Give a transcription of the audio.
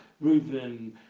Reuben